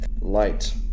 light